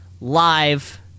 live